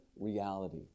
reality